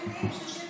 יש לי שאילתות,